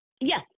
Yes